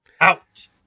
out